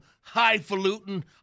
highfalutin